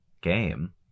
game